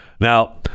Now